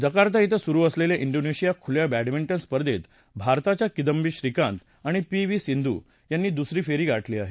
Jakarta धां सुरू असलेल्या डोनेशिया खुल्या बॅडमिंटन स्पर्धेत भारताच्या किदंबी श्रीकांत आणि पी व्ही सिंधू यांनी दुसरी फेरी गाठली आहे